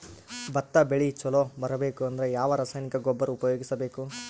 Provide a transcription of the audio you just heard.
ಭತ್ತ ಬೆಳಿ ಚಲೋ ಬರಬೇಕು ಅಂದ್ರ ಯಾವ ರಾಸಾಯನಿಕ ಗೊಬ್ಬರ ಉಪಯೋಗಿಸ ಬೇಕು?